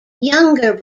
younger